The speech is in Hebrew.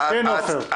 עופר, בבקשה.